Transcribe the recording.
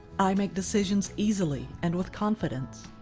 i make decisions easily and with confidence.